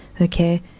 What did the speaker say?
okay